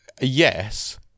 Yes